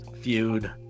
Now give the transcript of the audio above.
feud